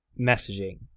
messaging